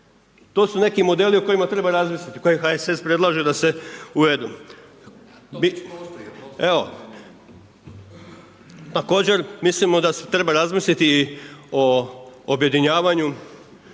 To su neki modeli o kojima treba razmisliti, koje HSS predlaže da se uvedu. .../Upadica: ne čuje se./... Evo, također mislimo da se treba razmisliti o objedinjavanju